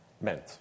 meant